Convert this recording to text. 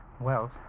Wells